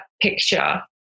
picture